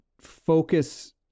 focus